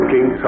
King